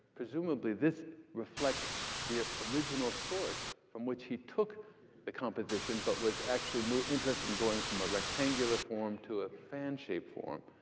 presumably this reflects the original source from which he took the composition, but was actually interested in going from a rectangular form to a fan-shaped form.